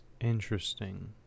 Interesting